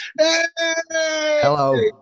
Hello